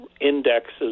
indexes